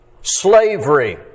slavery